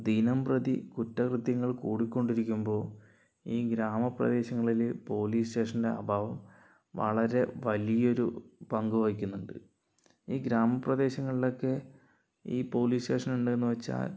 ദിനം പ്രതി കുറ്റകൃത്യങ്ങൾ കൂടിക്കൊണ്ടിരിക്കുമ്പോൾ ഈ ഗ്രാമ പ്രദേശങ്ങളില് പോലീസ് സ്റ്റേഷൻ്റെ അഭാവം വളരെ വലിയൊരു പങ്കു വഹിക്കുന്നുണ്ട് ഈ ഗ്രാമ പ്രദേശങ്ങളിലൊക്കെ പോലീസ് സ്റ്റേഷൻ ഉണ്ടേന്നു വെച്ചാൽ